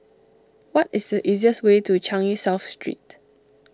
what is the easiest way to Changi South Street